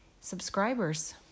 subscribers